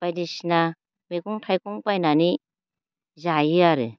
बायदिसिना मैगं थाइगं बायनानै जायो आरो